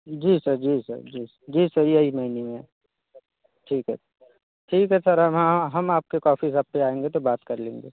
जी sir जी sir जी sir जी सर यही महीने में है ठीक है ठीक है सर हाँ हाँ हम आपके हम आपके कॉफी शॉप पर आएँगे तो बात कर लेंगे